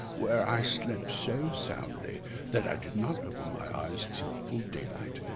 where i slept so soundly that i did not open my eyes till full daylight.